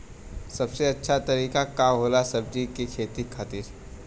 सबसे अच्छा तरीका का होला सब्जी के खेती खातिर?